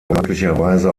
möglicherweise